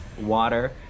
water